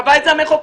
קבע את זה המחוקק,